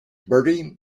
bertie